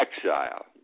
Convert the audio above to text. exile